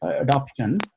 adoption